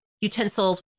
utensils